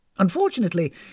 Unfortunately